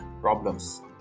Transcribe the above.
problems